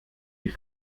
die